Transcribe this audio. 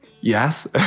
Yes